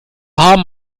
haben